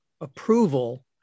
approval